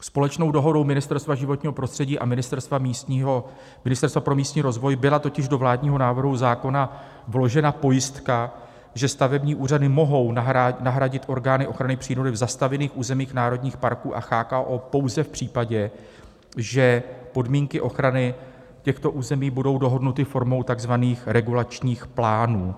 Společnou dohodou Ministerstva životního prostředí a Ministerstva pro místní rozvoj byla totiž do vládního návrhu zákona vložena pojistka, že stavební úřady mohou nahradit orgány ochrany přírody v zastavěných územích národních parků a CHKO pouze v případě, že podmínky ochrany těchto území budou dohodnuty formou takzvaných regulačních plánů.